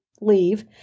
leave